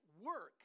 work